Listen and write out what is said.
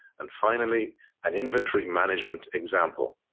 and finally an inventory management example.